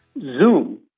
Zoom